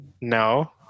No